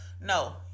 No